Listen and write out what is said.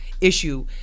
issue